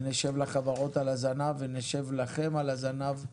ונשב לחברות על הזנב ונשב לכם על הזנב.